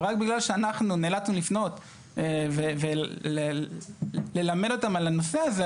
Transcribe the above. ורק בגלל שאנחנו נאלצנו לפנות וללמד אותם על הנושא הזה,